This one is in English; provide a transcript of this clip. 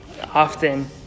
often